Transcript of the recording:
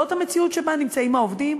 זאת המציאות שבה נמצאים העובדים,